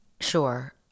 Sure